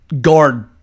guard